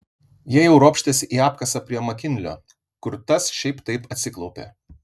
jie jau ropštėsi į apkasą prie makinlio kur tas šiaip taip atsiklaupė